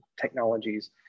technologies